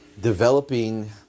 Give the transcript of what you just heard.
developing